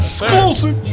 Exclusive